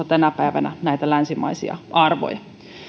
tänä päivänä vahvasti kyseenalaistamassa näitä länsimaisia arvoja